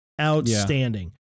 outstanding